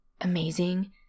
amazing